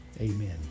Amen